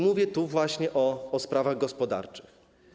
Mówię tu właśnie o sprawach gospodarczych.